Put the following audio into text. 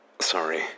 sorry